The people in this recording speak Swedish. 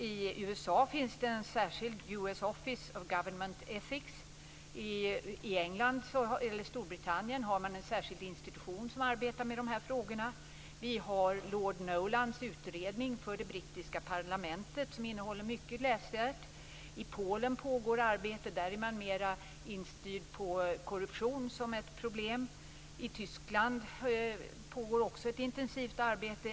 I USA finns det en särskild US Office of Government Ethics. I Storbritannien har man en särskild institution som arbetar med dessa frågor. Man har Lord Nolans utredning för det brittiska parlamentet som innehåller mycket läsvärt. I polen pågår arbete. Där är man mer inriktad på korruption som ett problem. I Tyskland pågår också ett intensivt arbete.